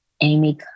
Amy